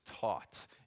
taught